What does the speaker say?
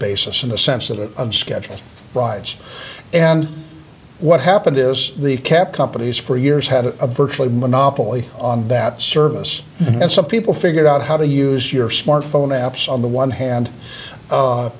basis in the sense of a schedule rides and what happened is the cap companies for years had a virtual monopoly on that service and some people figured out how to use your smartphone apps on the one hand